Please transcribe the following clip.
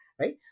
right